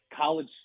College